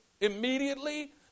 immediately